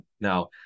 Now